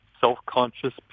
self-conscious